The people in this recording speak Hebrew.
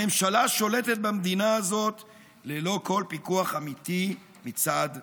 הממשלה שולטת במדינה הזאת ללא כל פיקוח אמיתי מצד הכנסת,